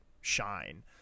shine